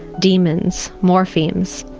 demons, morphines,